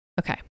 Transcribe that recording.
Okay